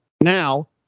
Now